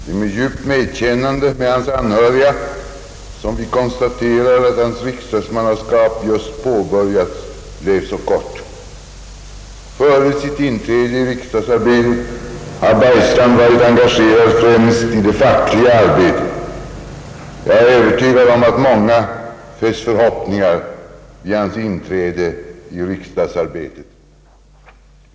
Det är med djupt medkännande med hans anhöriga som vi konstaterar, att hans riksdagsmannaskap, just påbörjat, blev så kort. Före sitt inträde i riksdagsarbetet har Bergstrand varit engagerad främst i det fackliga arbetet. Jag är övertygad om att många fäst förhoppningar vid hans inträde i riksdagsarbetet.